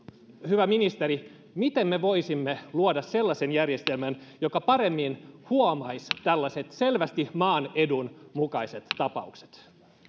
hyvä ministeri miten me voisimme luoda sellaisen järjestelmän joka paremmin huomaisi tällaiset selvästi maan edun mukaiset tapaukset